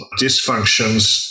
dysfunctions